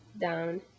down